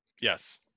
Yes